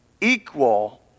equal